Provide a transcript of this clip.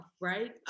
Right